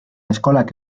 eskolak